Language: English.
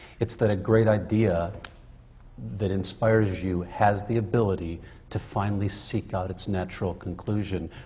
it's that a great idea that inspires you has the ability to finally seek out its natural conclusion.